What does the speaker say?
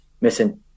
missing